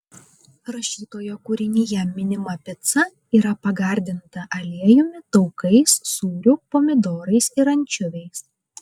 rašytojo kūrinyje minima pica yra pagardinta aliejumi taukais sūriu pomidorais ir ančiuviais